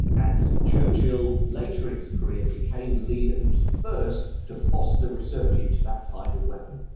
and churchill later in his career became the leader who was the first to foster research into that kind of weapon.